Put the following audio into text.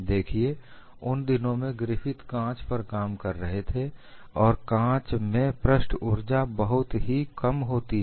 देखिए उन दिनों में ग्रिफिथ कांच पर काम कर रहे थे और कांच में पृष्ठ ऊर्जा बहुत ही बहुत कम होती है